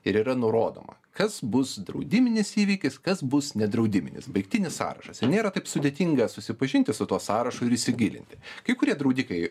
ir yra nurodoma kas bus draudiminis įvykis kas bus nedraudiminis baigtinis sąrašas ir nėra taip sudėtinga susipažinti su tuo sąrašu ir įsigilinti kai kurie draudikai